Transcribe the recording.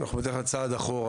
אנחנו בדרך כלל צעד אחורה,